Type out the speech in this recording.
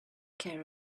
care